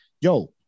Yo